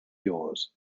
yours